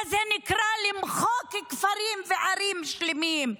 מה זה נקרא למחוק כפרים וערים שלמים?